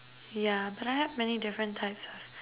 yeah but I had many different types